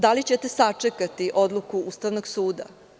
Da li ćete sačekati odluku Ustavnog suda?